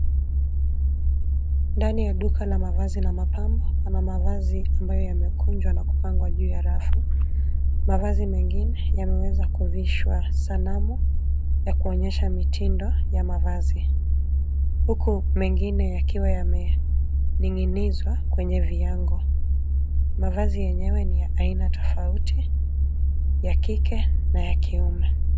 Ndani ya duka la mavazi na mapambo, kuna mavazi ambayo yamekunjwa na kupangwa juu ya rafu. Mavazi mengine yameweza kuvishwa sanamu ya kuonyesha mitindo ya mavazi, huku mengine yakiwa yamening'inizwa kwenye viango. Mavazi yenyewe ni ya aina tofauti, ya kike na ya kiume.